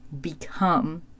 become